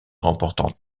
remportant